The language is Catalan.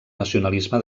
nacionalisme